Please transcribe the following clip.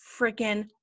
freaking